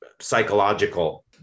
psychological